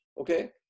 okay